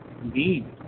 Indeed